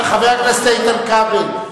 חבר הכנסת איתן כבל,